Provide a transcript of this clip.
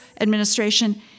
Administration